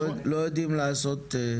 לא יודעים לעשות.